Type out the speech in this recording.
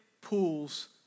pools